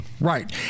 Right